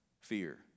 fear